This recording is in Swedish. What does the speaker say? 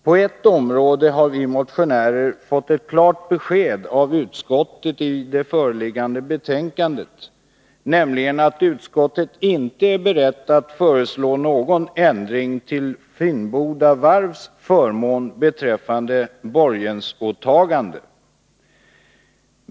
På ett område har vi motionärer fått ett klart besked av utskottet i det föreliggande betänkandet: utskottet är inte berett att föreslå någon ändring till Finnboda Varfs förmån beträffande borgensåtagandet.